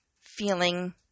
feeling